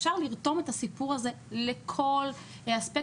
אפשר לרתום את הסיפור הזה לכל הספקטרום.